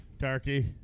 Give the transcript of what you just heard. Turkey